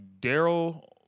Daryl